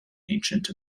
ancient